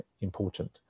important